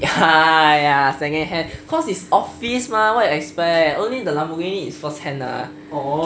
ya ya second hand cause is office mah what you expect only the lamborghini is first hand lah